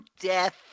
death